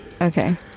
Okay